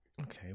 okay